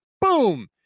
Boom